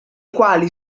quali